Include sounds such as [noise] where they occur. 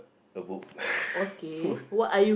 a book [breath]